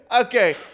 Okay